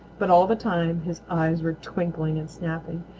but all the time his eyes were twinkling and snapping,